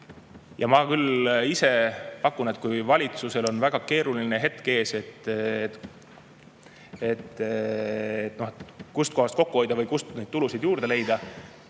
teha. Ma ise pakun, et kui valitsusel on ees väga keeruline [valik], kust kohast kokku hoida või kust tulusid juurde leida,